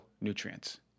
nutrients